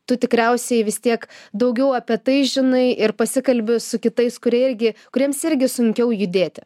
tu tikriausiai vis tiek daugiau apie tai žinai ir pasikalbi su kitais kurie irgi kuriems irgi sunkiau judėti